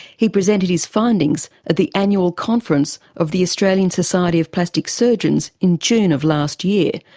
he presented his findings at the annual conference of the australian society of plastic surgeons in june of last year,